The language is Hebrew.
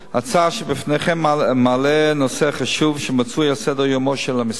ההצעה שבפניכם מעלה נושא חשוב אשר מצוי על סדר-יומו של המשרד